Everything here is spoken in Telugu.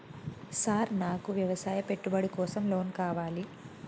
సార్ నాకు వ్యవసాయ పెట్టుబడి కోసం లోన్ కావాలి?